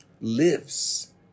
lives